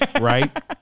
right